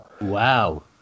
wow